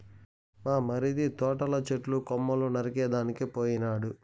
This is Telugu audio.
మా మరిది తోటల చెట్టు కొమ్మలు నరికేదానికి పోయినాడు